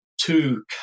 two